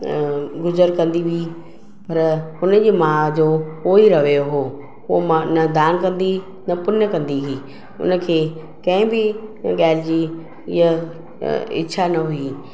गुज़रु कंदी हुई पर उनजी माउ जो उहो ई रवइयो हो ओ न दान कंदी हुई न पुञु कंदी हुई उनखे कंहिं बि ॻाल्हि जी हीअ इच्छा न हुई